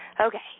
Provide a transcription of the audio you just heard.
Okay